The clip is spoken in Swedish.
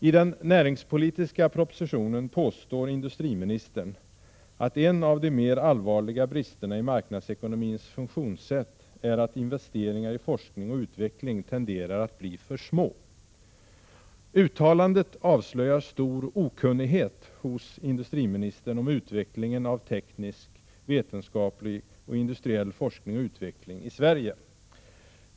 I den näringspolitiska propositionen påstår industriministern att en av de mer allvarliga bristerna i marknadsekonomins funktionssätt är att investeringar i forskning och utveckling tenderar att bli för små. Uttalandet avslöjar stor okunnighet hos industriministern om utvecklingen av teknisk-vetenskaplig och industriell forskning och utveckling i Sverige.